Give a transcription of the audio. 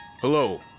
Hello